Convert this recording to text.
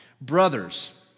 Brothers